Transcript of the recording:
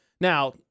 Now